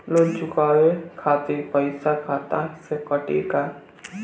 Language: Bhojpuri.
लोन चुकावे खातिर पईसा खाता से कटी का?